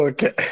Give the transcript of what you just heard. Okay